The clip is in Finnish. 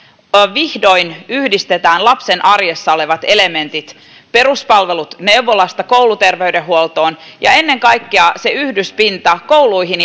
vihdoin yhdistetään lapsen arjessa olevat elementit peruspalvelut neuvolasta kouluterveydenhuoltoon ja ennen kaikkea se yhdyspinta kouluihin